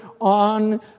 on